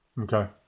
Okay